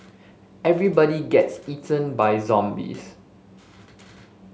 everybody gets eaten by zombies